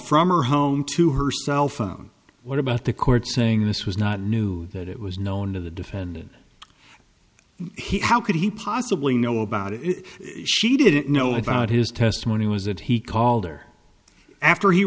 from her home to her cell phone what about the court saying this was not new that it was known to the defendant he how could he possibly know about it if she didn't know about his testimony was that he called her after he